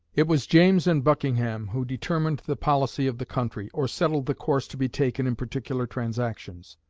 it was james and buckingham who determined the policy of the country, or settled the course to be taken in particular transactions